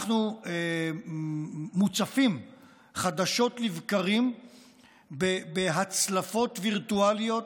אנחנו מוצפים חדשות לבקרים בהצלפות וירטואליות